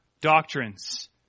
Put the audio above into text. doctrines